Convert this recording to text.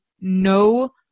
no